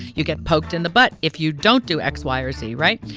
you get poked in the butt if you don't do x, y or z. right.